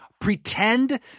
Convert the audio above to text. pretend